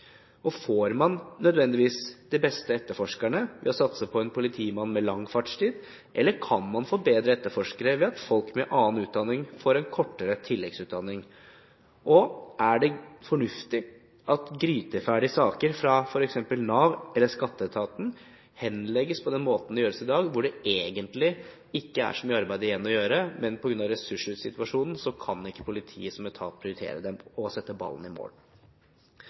Får man nødvendigvis de beste etterforskerne ved å satse på en politimann med lang fartstid, eller kan man få bedre etterforskere ved at folk med annen utdanning får en kortere tilleggsutdanning? Og: Er det fornuftig at gryteferdige saker fra f.eks. Nav eller skatteetaten henlegges på den måten de gjøres i dag, hvor det egentlig ikke er så mye arbeid igjen å gjøre, men på grunn av ressurssituasjonen kan ikke politiet som etat prioritere dem og sette ballen i mål.